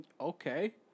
Okay